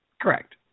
Correct